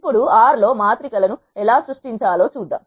ఇప్పుడుR లో మాత్రిక లు ఎలా సృష్టించాలో చూద్దాం